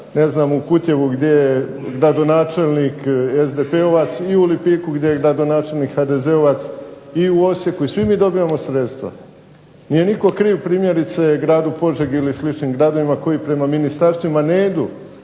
ne znam u Kutjevu, gdje je gradonačelnik SDP-ovac i u Lipiku gdje je gradonačelnik HDZ-ovac i u Osijeku i svi mi dobivamo sredstva. Nije nitko kriv, primjerice gradu Požegi ili sličnim gradovima, koji prema ministarstvima ne idu